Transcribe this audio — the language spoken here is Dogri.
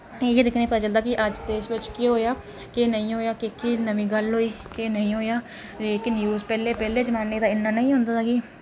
इ'यै दिक्खने पता चलदा कि अज्ज देश च केह् होआ केह् नेईं होआ केह् नमीं गल्ल होई केह् नेईं होआ एह्की न्यूज पैह्ले पैह्ले जमाने तां इन्ना नेईं होंदा हा कि